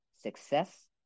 success